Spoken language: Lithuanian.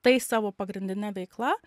tai savo pagrindine veikla